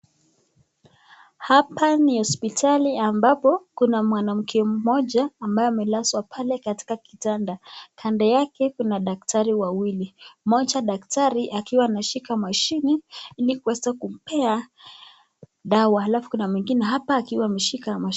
Hapa ni hosipitali ambapo kuna mwanamke mmoja ambaye amelazwa pale katika kitanda. Kando yake kuna daktari wawili. Mmoja daktari akiwa anashika mashini ili kuweza kumpea dawa alafu kuna mwingine hapa akiwa ameshika mashini.